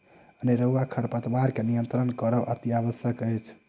अनेरूआ खरपात के नियंत्रण करब अतिआवश्यक अछि